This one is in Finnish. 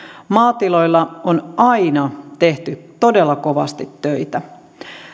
maatiloilla on aina tehty todella kovasti töitä